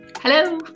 Hello